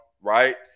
right